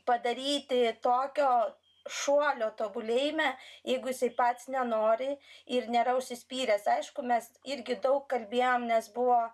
padaryti tokio šuolio tobulėjime jeigu jisai pats nenori ir nėra užsispyręs aišku mes irgi daug kalbėjom nes buvo